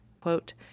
quote